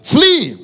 Flee